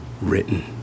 written